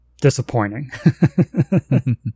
disappointing